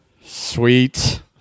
Sweet